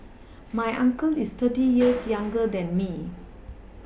my uncle is thirty years younger than me